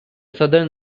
southern